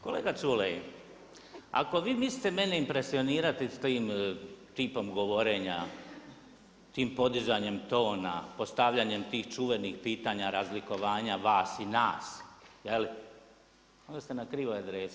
Kolega Culej, ako vi mislite mene impresionirati s tim tipom govorenja, tim postizanjem tona, postavljanja tih čuvenih pitanja, razlikovanja vas i nas, onda ste na krivoj adresi.